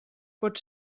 pot